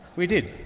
we did.